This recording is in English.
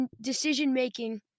decision-making